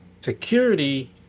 security